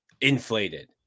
inflated